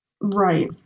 Right